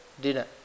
dinner